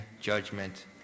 Judgment